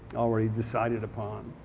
already decided upon.